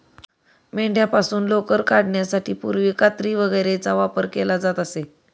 मेंढ्यांपासून लोकर काढण्यासाठी पूर्वी कात्री वगैरेचा वापर केला जात असे